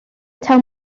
taw